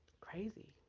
crazy